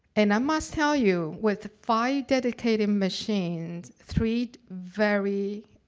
and, i must tell you, with five dedicated machines, three very,